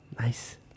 nice